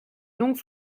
longue